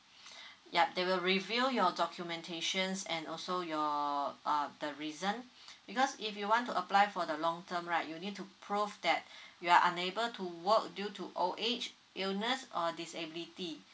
ya they will review your documentations and also your uh the reason because if you want to apply for the long term right you need to prove that you are unable to work due to old age illness or disability